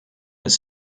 ist